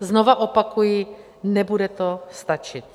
Znova opakuji, nebude to stačit.